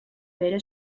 bere